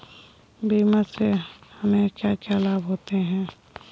बीमा से हमे क्या क्या लाभ होते हैं?